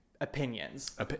opinions